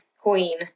Queen